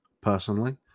personally